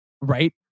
right